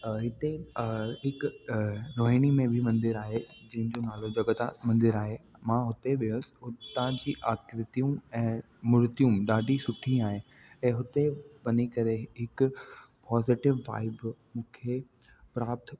हिते हिक रोहिणी में बि मंदरु आहे इन जो नालो देबता मंदरु आहे मां हुते वियोसि हुतां जूं आकृतियूं ऐं मूर्तियूं ॾाढी सुठी आहिनि ऐं हुते वञी करे हिकु पोज़िटीव वाइव मूंखे प्राप्त